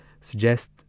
suggest